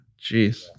Jeez